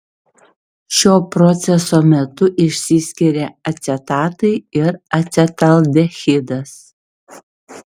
šio proceso metu išsiskiria acetatai ir acetaldehidas